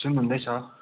सुन्नुहुँदैछ